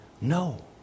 no